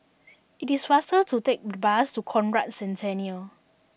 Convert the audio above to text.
it is faster to take the bus to Conrad Centennial